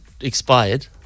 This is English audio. expired